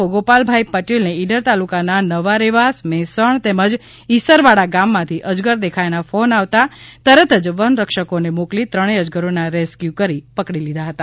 ઓ ગોપાલભાઈ પટેલન ઈડર તાલુકાનાં નવારેવાસ મક્ષણ તમ્રાજ ઈસરવાડા ગામમાંથી અજગર દેખાયાના ફોન આવતાં તુરંત જ વનરક્ષકોન મોકલી ત્રણ અજગરોના રેસ્ક્યુ કરી પકડી લીધા હતાં